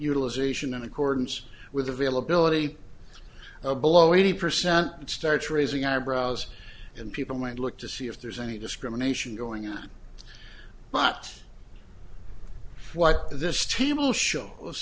utilization in accordance with availability of below eighty percent it starts raising eyebrows and people might look to see if there's any discrimination going on but what this team will show